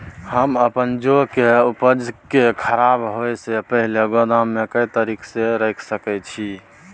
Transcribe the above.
हम अपन जौ के उपज के खराब होय सो पहिले गोदाम में के तरीका से रैख सके छी?